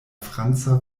franca